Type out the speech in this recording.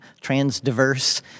trans-diverse